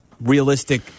realistic